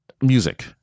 music